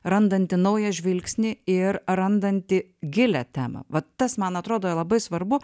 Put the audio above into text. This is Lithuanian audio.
randanti naują žvilgsnį ir randanti gilią temą vat tas man atrodo labai svarbu